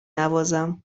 نوازم